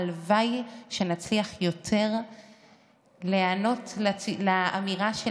הלוואי שנצליח יותר להיענות לאמירה של